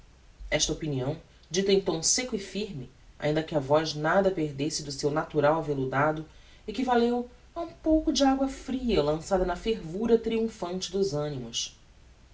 esta opinião dita em tom sêcco e firme ainda que a voz nada perdesse do seu natural avelludado equivaleu a um pouco de agua fria lançada na fervura triumphante dos animos